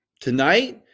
tonight